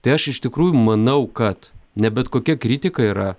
tai aš iš tikrųjų manau kad ne bet kokia kritika yra